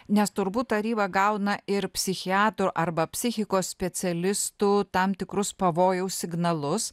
nes turbūt taryba gauna ir psichiatrų arba psichikos specialistų tam tikrus pavojaus signalus